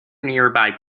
nearby